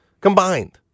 Combined